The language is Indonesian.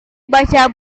baca